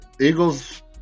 Eagles